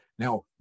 Now